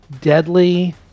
deadly